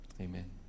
Amen